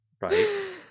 Right